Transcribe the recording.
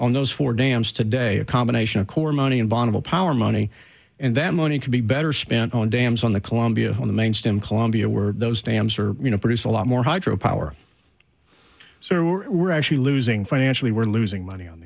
on those four dams today a combination of core money and bonneville power money and that money could be better spent on dams on the columbia on the main stem columbia were those dams or you know produce a lot more hydro power so we're actually losing financially we're losing money on